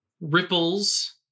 ripples